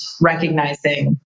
recognizing